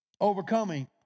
overcoming